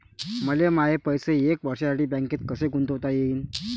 मले माये पैसे एक वर्षासाठी बँकेत कसे गुंतवता येईन?